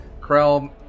Krell